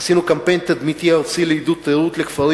עשינו קמפיין תדמיתי ארצי לעידוד תיירות לכפרים